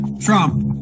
Trump